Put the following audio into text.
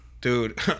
dude